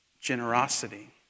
generosity